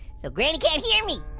so granny can't hear me!